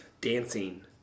dancing